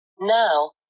Now